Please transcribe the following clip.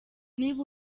niba